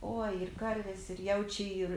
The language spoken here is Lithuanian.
oi ir karvės ir jaučiai ir